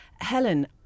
Helen